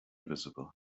visible